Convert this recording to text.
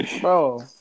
Bro